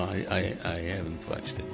i haven't watched